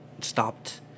stopped